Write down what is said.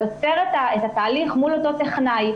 ויוצר תהליך מול אותו טכנאי,